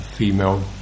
Female